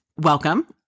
Welcome